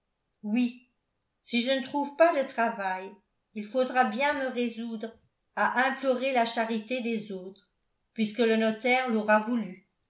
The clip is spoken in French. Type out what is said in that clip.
oui si je ne trouve pas de travail il faudra bien me résoudre à implorer la charité des autres puisque le notaire l'aura voulu